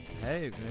hey